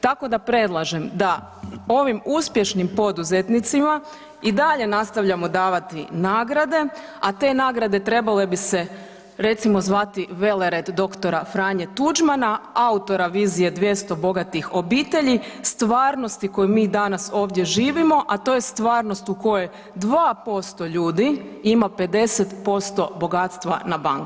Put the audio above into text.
Tako da predlažem da ovim uspješnim poduzetnicima i dalje nastavljamo davati nagrade, a te nagrade trebale bi se recimo zvati velered dr. Franje Tuđmana autora vizije 200 bogatih obitelji, stvarnosti koju mi ovdje danas živimo, a to je stvarnost u kojoj 2% ljudi ima 50% bogatstva na bankama.